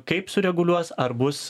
kaip sureguliuos ar bus